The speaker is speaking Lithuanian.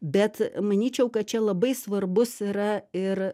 bet manyčiau kad čia labai svarbus yra ir